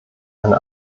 eine